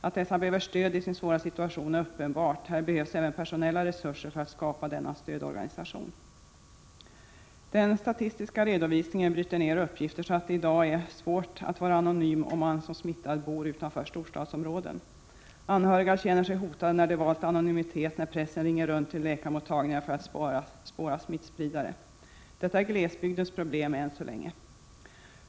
Att dessa behöver stöd i sin svåra situation är uppenbart, och det behövs även personella resurser för att skapa denna stödorganisation. Den statistiska redovisningen bryter ned uppgifter så att det i dag är svårt att vara anonym om man som smittad bor utanför storstadsområdena. Anhöriga känner sig hotade när de valt anonymitet och när pressen ringer runt till läkarmottagningar för att spåra smittspridare. Detta är glesbygdens problem än så länge.